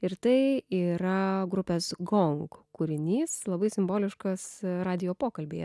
ir tai yra grupės gong kūrinys labai simboliškas radijo pokalbyje